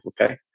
okay